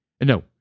No